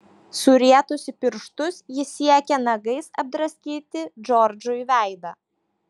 surietusi pirštus ji siekė nagais apdraskyti džordžui veidą